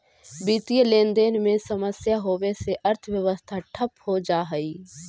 वित्तीय लेनदेन में समस्या होवे से अर्थव्यवस्था ठप हो जा हई